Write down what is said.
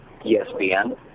ESPN